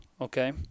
okay